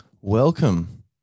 Welcome